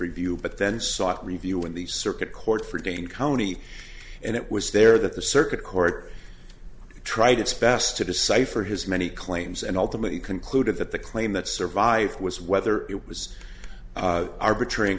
review but then sought review in the circuit court for dane county and it was there that the circuit court tried its best to decipher his many claims and ultimately concluded that the claim that survived was whether it was arbitra